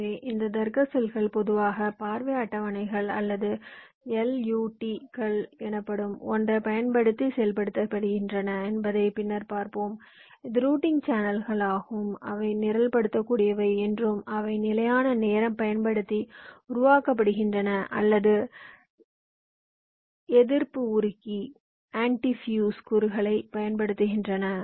எனவே இந்த தர்க்க செல்கள் பொதுவாக பார்வை அட்டவணைகள் அல்லது LUT கள் எனப்படும் ஒன்றைப் பயன்படுத்தி செயல்படுத்தப்படுகின்றன என்பதை பின்னர் பார்ப்போம் இது ரூட்டிங் சேனல்களாகும் அவை நிரல்படுத்தக்கூடியவை என்றும் அவை நிலையான ரேம் பயன்படுத்தி உருவாக்கப்படுகின்றன அல்லது எதிர்ப்பு உருகி கூறுகளைப் பயன்படுத்துகின்றன